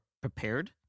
prepared